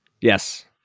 Yes